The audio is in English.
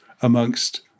amongst